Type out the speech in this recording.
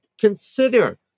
consider